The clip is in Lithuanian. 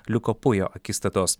liuko pujo akistatos